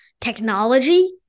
technology